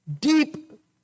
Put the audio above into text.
deep